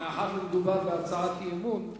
מאחר שמדובר בהצעת אי-אמון,